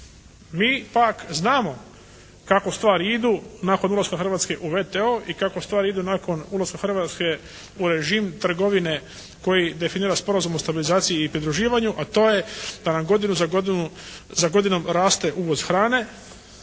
Mi pak znamo kako stvari idu nakon ulaske Hrvatske u WTO i kako stvari idu nakon ulaska Hrvatske u režim trgovine koji definira Sporazum o stabilizaciji i pridruživanju, a to je da nam godinu za godinom raste uvoz hrane,